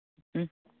ꯎꯝ